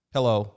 Hello